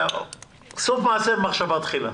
סוף מעשה במחשבה תחילה.